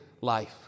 life